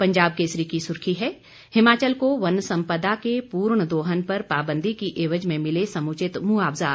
पंजाब केसरी की सुर्खी है हिमाचल को वन संपादा के पूर्ण दोहन पर पाबंदी की एवज में मिले समुचित मुआवजा